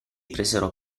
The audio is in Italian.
presero